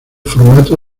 formato